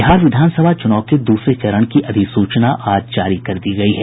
बिहार विधानसभा चुनाव के दूसरे चरण की अधिसूचना आज जारी कर दी गई है